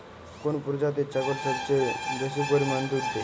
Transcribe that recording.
কোন প্রজাতির ছাগল সবচেয়ে বেশি পরিমাণ দুধ দেয়?